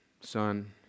son